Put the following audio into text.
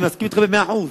אני מסכים אתכן במאה אחוז.